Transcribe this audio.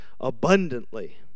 abundantly